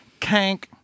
Kank